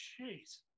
jeez